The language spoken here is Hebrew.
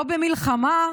לא במלחמה,